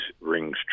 rings